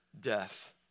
death